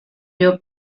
your